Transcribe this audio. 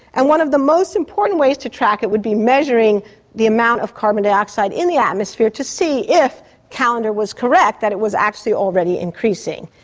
and one of the most important ways to track it would be measuring the amount of carbon dioxide in the atmosphere to see if callendar was correct, that it was actually already increasing.